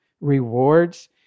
rewards